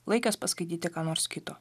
laikas paskaityti ką nors kito